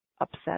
upset